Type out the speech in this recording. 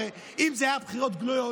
הרי אם זה היה בחירות גלויות,